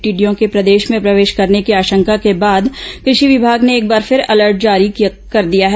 टिडिडयों के प्रदेश में प्रवेश करने की आशंका के बाद कृषि विमाग ने एक बार फिर अलर्ट जारी कर दिया है